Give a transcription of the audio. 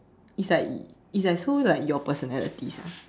is like is like so like your personality sia